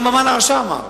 גם המן הרשע אמר,